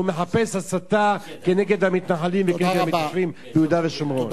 הוא מחפש הסתה כנגד המתנחלים וכנגד המתיישבים ביהודה ושומרון.